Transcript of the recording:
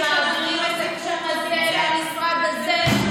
ומעבירים את התחום הזה למשרד הזה,